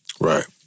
right